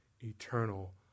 Eternal